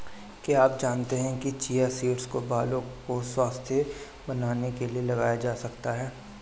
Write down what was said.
क्या आप जानते है चिया सीड्स को बालों को स्वस्थ्य बनाने के लिए लगाया जा सकता है?